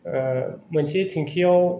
मोनसे टोंकिआव